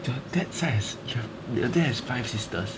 your dad side has your dad has five sisters